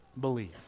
believe